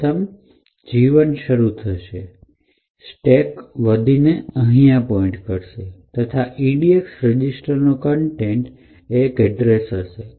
સૌપ્રથમ G ૧ થશે અને સ્ટેક વધીને અહીં પોઇન્ટ કરશે તથા edx રજીસ્ટરનો કન્ટેન્ટ એક એડ્રેસ હશે